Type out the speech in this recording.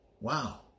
Wow